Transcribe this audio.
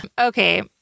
okay